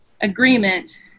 agreement